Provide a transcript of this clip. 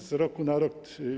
Z roku na rok.